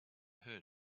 heard